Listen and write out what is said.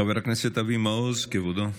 חבר הכנסת אבי מעוז, כבודו.